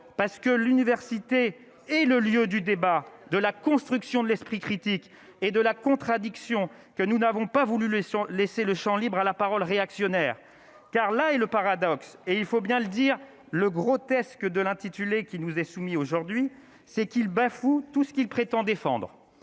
parce que l'université et le lieu du débat de la construction de l'esprit critique et de la contradiction que nous n'avons pas voulu leçon, laisser le Champ libre à la parole réactionnaire car et le paradoxe et il faut bien le dire, le grotesque de l'intitulé qui nous est soumis, aujourd'hui, c'est qu'il bafoue tout ce qu'il prétend défendre